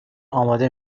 آماده